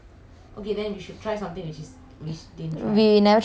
we never try I never try chicken [one] lah I think got another one also